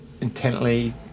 intently